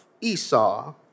Esau